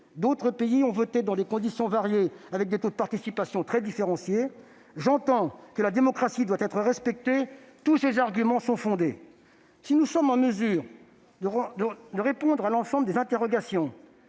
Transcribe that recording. D'autres pays ont voté dans des conditions variées, avec des taux de participation très différenciés. J'entends que la démocratie doit être respectée. Tous ces arguments sont fondés. Si nous sommes en mesure de répondre à l'ensemble des interrogations,